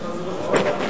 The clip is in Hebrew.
5115,